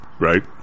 right